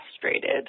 frustrated